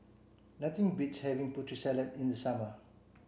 nothing beats having Putri Salad in the summer